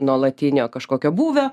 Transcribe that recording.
nuolatinio kažkokio būvio